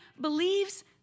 believes